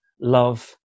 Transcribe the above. Love